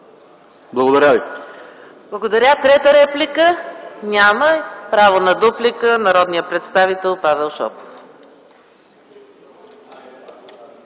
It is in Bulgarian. МИХАЙЛОВА: Благодаря. Трета реплика? Няма. Право на дуплика - народният представител Павел Шопов.